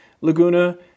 Laguna